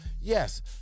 Yes